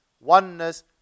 oneness